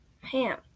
Ham